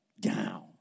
down